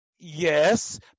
Yes